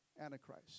antichrist